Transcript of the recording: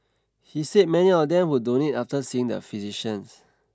he said many of them would donate after seeing the physicians